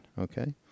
okay